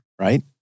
Right